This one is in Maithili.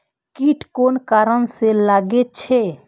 कीट कोन कारण से लागे छै?